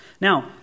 Now